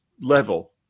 level